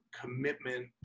commitment